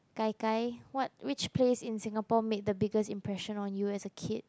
gai-gai what which place in Singapore made the biggest impression on you as a kid